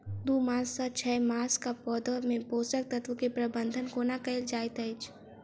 दू मास सँ छै मासक पौधा मे पोसक तत्त्व केँ प्रबंधन कोना कएल जाइत अछि?